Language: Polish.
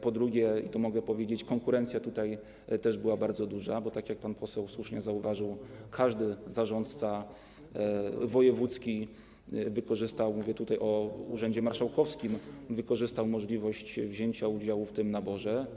Po drugie, i to mogę powiedzieć, konkurencja tutaj też była bardzo duża, bo tak jak pan poseł słusznie zauważył, każdy zarządca wojewódzki wykorzystał, mówię tutaj o urzędzie marszałkowskim, możliwość wzięcia udziału w tym naborze.